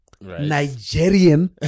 Nigerian